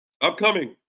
upcoming